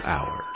Hour